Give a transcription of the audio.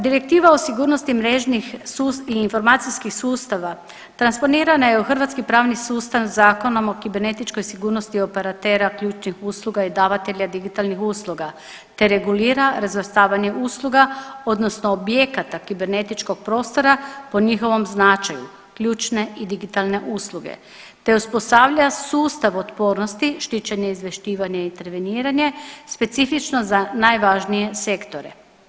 Direktiva o sigurnosni mrežnih i informacijskih sustava transponirano je u hrvatski pravni sustav Zakonom o kibernetičkoj sigurnosti operatera ključnih usluga i davatelja digitalnih usluga, te regulira razvrstavanje usluga odnosno objekata kibernetičkog prostora po njihovom značaju ključne i digitalne usluge te uspostavlja sustav otpornosti štićenje, izvješćivanje, interveniranje specifično za najvažnije sektore.